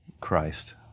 Christ